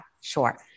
sure